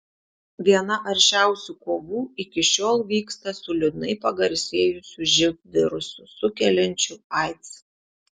viena aršiausių kovų iki šiol vyksta su liūdnai pagarsėjusiu živ virusu sukeliančiu aids